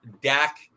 Dak